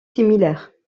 similaires